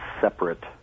separate